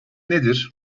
nedir